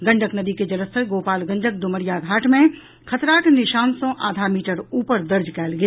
गंडक नदी के जलस्तर गोपालगंजक ड्मरिया घाट मे खतराक निशान सँ आधा मीटर उपर दर्ज कयल गेल